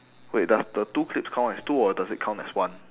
wait does the two clips count as two or does it count as one